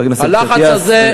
הלחץ הזה,